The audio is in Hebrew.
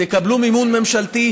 תקבלו מימון ממשלתי,